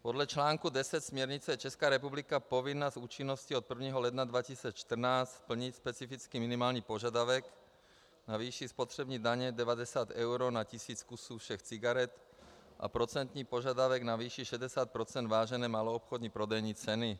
Podle článku 10 směrnice je Česká republika povinna s účinností od 1. ledna 2014 splnit specifický minimální požadavek na výši spotřební daně 90 eur na tisíc kusů všech cigaret a procentní požadavek na výši 60 % vážené maloobchodní prodejní ceny.